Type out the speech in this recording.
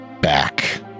back